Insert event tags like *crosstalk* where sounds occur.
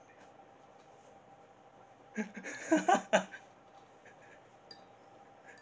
*laughs*